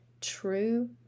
True